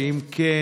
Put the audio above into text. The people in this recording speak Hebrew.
4. אם כן,